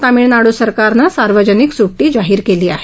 तामीळनाडू सरकारनं सार्वजनिक सुट्टी जाहीर केली आहे